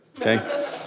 okay